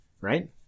right